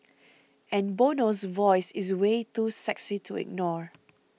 and Bono's voice is way too sexy to ignore